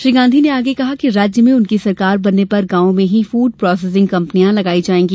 श्री गांधी ने आगे कहा कि राज्य में उनकी सरकार बनने पर गांवों में ही फूड प्रोसेसिंग कम्पनियां लगाई जायेंगी